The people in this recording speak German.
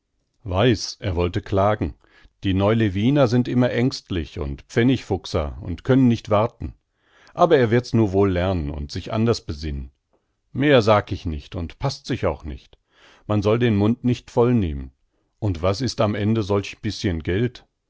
weiß er wollte klagen die neu lewiner sind immer ängstlich und pfennigfuchser und können nicht warten aber er wird's nu wohl lernen und sich anders besinnen mehr sag ich nicht und paßt sich auch nicht man soll den mund nicht voll nehmen und was ist am ende solch bischen geld